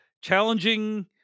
challenging